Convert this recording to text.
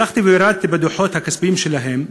הלכתי וראיתי בדוחות הכספיים שלהם.